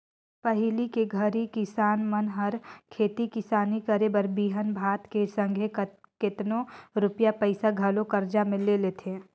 पहिली के घरी किसान मन हर खेती किसानी करे बर बीहन भात के संघे केतनो रूपिया पइसा घलो करजा में ले लेथें